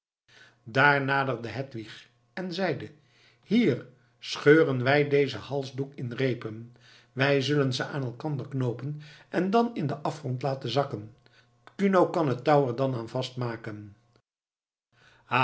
daar naderde hedwig en zeide hier scheuren wij dezen halsdoek in reepen wij zullen ze aan elkander knoopen en dan in den afgrond laten zakken kuno kan het touw er dan aan vastmaken